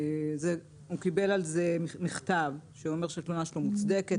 הוא קיבל על זה מכתב שאומר שהתלונה שלו מוצדקת